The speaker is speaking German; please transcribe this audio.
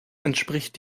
entspricht